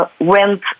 went